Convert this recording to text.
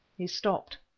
he stopped,